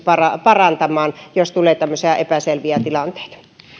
parantamaan laatua jos tulee tämmöisiä epäselviä tilanteita